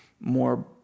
more